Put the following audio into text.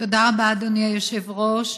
תודה רבה, אדוני היושב-ראש.